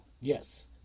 Yes